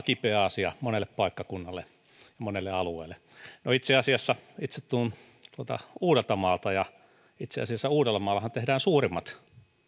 kipeä asia monelle paikkakunnalle monelle alueelle no itse tulen tuolta uudeltamaalta ja itse asiassa uudellamaallahan tehdään suurimmat